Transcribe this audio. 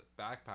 backpack